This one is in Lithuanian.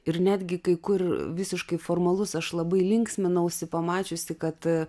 ir netgi kai kur visiškai formalus aš labai linksminausi pamačiusi kad